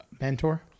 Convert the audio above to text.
mentor